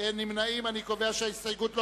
ההסתייגות לא